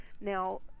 Now